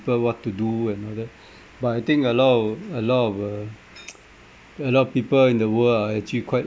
people what to do and all that but I think a lot of a lot of uh a lot of people in the world are actually quite